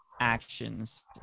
actions